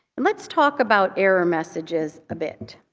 and let's talk about error messages a bit.